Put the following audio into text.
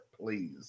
please